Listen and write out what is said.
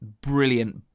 brilliant